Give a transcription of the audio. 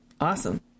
awesome